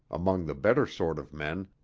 among the better sort of men,